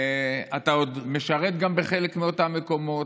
אתה גם עוד משרת בחלק מאותם מקומות.